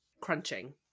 crunching